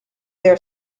their